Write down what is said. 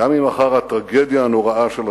גם אם אחר הטרגדיה הנוראה של השואה,